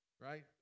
right